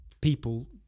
people